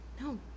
no